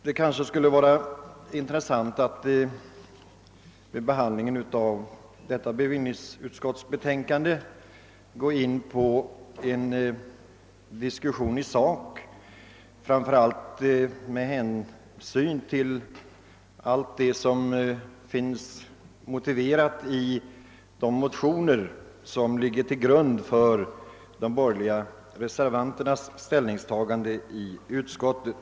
Det skulle kanske vara intressant att vid behandlingen av detta bevillningsutskottets utlåtande gå in på en diskussion i sak, framför allt med hänsyn till allt det som finns motiverat i de motioner som ligger till grund för det borgerliga ställningstagandet i utskottet.